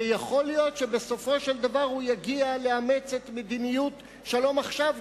ויכול להיות שבסופו של דבר הוא יגיע לאמץ את מדיניות "שלום עכשיו",